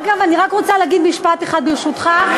אגב, אני רק רוצה להגיד משפט אחד, ברשותך.